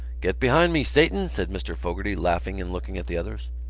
get behind me, satan! said mr. fogarty, laughing and looking at the others.